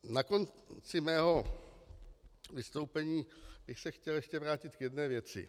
Na konci svého vystoupení bych se chtěl ještě vrátit k jedné věci.